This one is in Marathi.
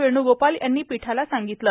वेणूगोपाल यांनी पीठाला सांगितलं